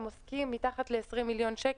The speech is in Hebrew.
הם עוסקים מתחת ל-20 מיליון שקל.